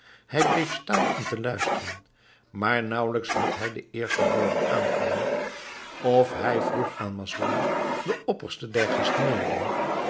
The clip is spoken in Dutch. hij bleef staan om te luisteren maar naauwelijks had hij de eerste woorden aangehoord of hij vroeg aan masrour den opperste der